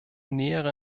nähere